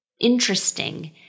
interesting